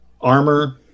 armor